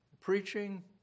preaching